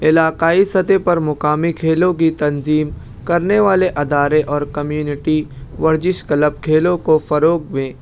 علاقائی سطح پر مقامی کھیلوں کی تنظیم کرنے والے ادارے اور کمیونٹی ورزش کلب کھیلوں کو فروغ میں